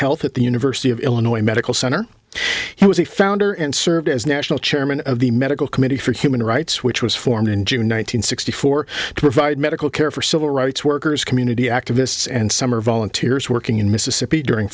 health at the university of illinois medical center he was the founder and served as national chairman of the medical committee for human rights which was formed in june one thousand nine hundred sixty four to provide medical care for civil rights workers community activists and summer volunteers working in mississippi during